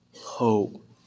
hope